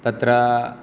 तत्र